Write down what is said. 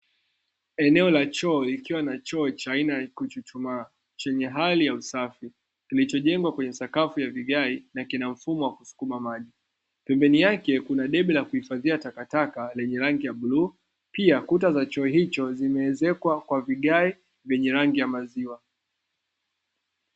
Eneo la choo likiwa na choo cha kuchuchuma chenye hali ya usafi kulichojengwa kwenye sakafu ya vigae na kina mfumo wa kusukuma maji. Pembeni yake kuna debe la kuhifadhia takataka lenye rangi ya bluu pia kuta za choo hicho zimeezekwa kwa vigae vyenye rangi ya maziwa.